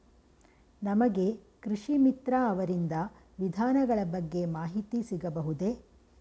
ನಮಗೆ ಕೃಷಿ ಮಿತ್ರ ಅವರಿಂದ ವಿಧಾನಗಳ ಬಗ್ಗೆ ಮಾಹಿತಿ ಸಿಗಬಹುದೇ?